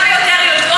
שיותר ויותר יולדות,